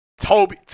Toby